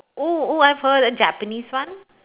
oh oh I've heard a Japanese one